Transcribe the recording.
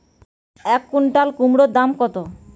এক কুইন্টাল কুমোড় দাম কত?